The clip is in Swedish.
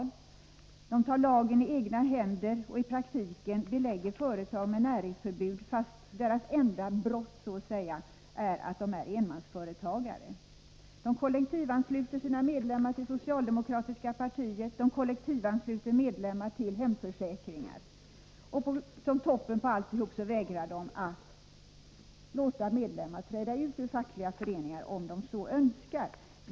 Fackföreningsfolk tar lagen i egna händer och belägger i praktiken företagare med näringsförbud, fast deras enda ”brott” är att de är enmansföretagare. De kollektivansluter sina medlemmar till socialdemokratiska partiet, och de kollektivansluter medlemmar till hemförsäkringar. Som toppen av alltihop vägrar man att låta medlemmar träda ut ur fackliga föreningar om de så önskar.